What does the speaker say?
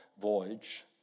voyage